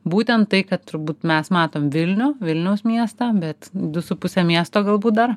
būtent tai kad turbūt mes matom vilnių vilniaus miestą bet du su puse miesto galbūt dar